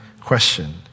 question